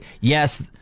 Yes